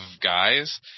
guys